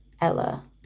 Ella